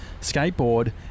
skateboard